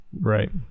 right